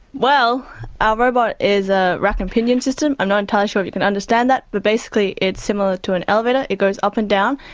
well ah a robot is a rack and pinion system, i'm not entirely sure if you can understand that, but basically it's similar to an elevator, it goes up and down,